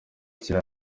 kera